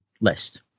list